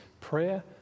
prayer